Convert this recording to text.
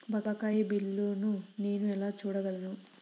బకాయి బిల్లును నేను ఎలా చూడగలను?